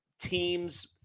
teams